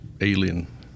alien